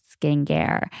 skincare